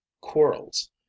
quarrels